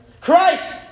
Christ